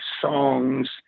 songs